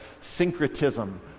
syncretism